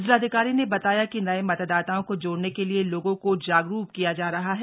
जिलाधिकारी ने बताया कि नए मतदाताओं को जोड़ने के लिए लोगों को जागरूक किया जा रहा है